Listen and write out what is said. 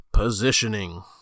Positioning